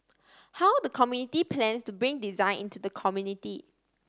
how the committee plans to bring design into the community